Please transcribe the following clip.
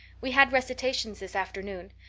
we had recitations this afternoon.